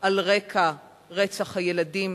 על רקע רצח הילדים.